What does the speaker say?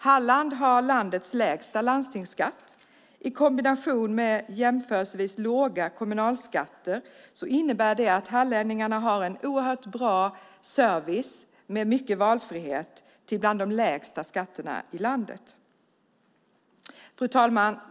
Halland har landets lägsta landstingsskatt. I kombination med jämförelsevis låga kommunalskatter innebär det att hallänningarna har en oerhört bra service med mycket valfrihet till bland de lägsta skatterna i landet. Fru talman!